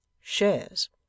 Shares